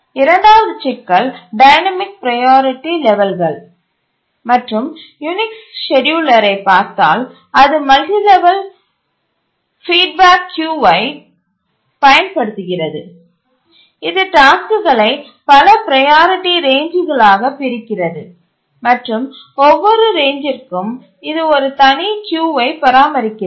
இரண்டாவது சிக்கல் dynamic priority லெவல்கள் மற்றும் யூனிக்ஸ் ஸ்கேட்யூலரை பார்த்தால் அது மல்டி லெவல் ஃபீட்பேக் கியூவை பயன்படுத்துகிறது இது டாஸ்க்குகளை பல ப்ரையாரிட்டி ரேஞ்ச்சுகளாக பிரிக்கிறது மற்றும் ஒவ்வொரு ரேஞ்ச்சிற்கும் இது ஒரு தனி கியூவை பராமரிக்கிறது